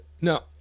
no